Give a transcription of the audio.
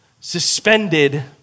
suspended